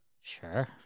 Sure